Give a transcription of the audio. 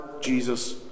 Jesus